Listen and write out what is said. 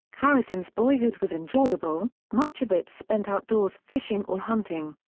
harrison's boyhood was enjoyable, much of it spent outdoors fishing or hunting.